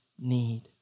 need